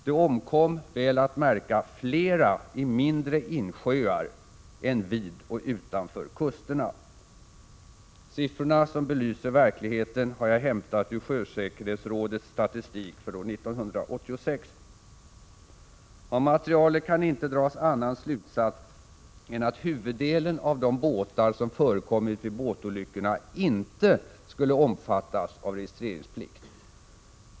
Det omkom — väl att märka — flera i mindre insjöar än vid och utanför kusterna. Siffrorna — som belyser verkligheten — har jag hämtat ur sjösäkerhetsrådets statistik för år 1986. Av materialet kan inte dras annan slutsats än att huvuddelen av de båtar som förekommit vid båtolyckorna inte skulle omfattas av registreringsplikt.